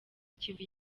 kivu